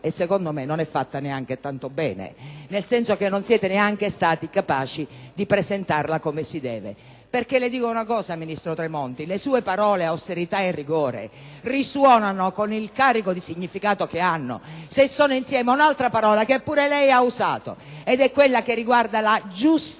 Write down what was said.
e, secondo me, non è fatta neanche tanto bene. Non siete stati neanche capaci di presentarla come si deve. Ministro Tremonti, le sue parole, austerità e rigore, risuonano con il carico di significato che hanno se sono insieme ad un'altra parola che pure lei ha usato, ed è quella che riguarda la giustizia: